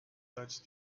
touched